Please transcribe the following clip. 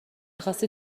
میخاستی